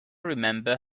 remember